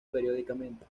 periódicamente